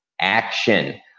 action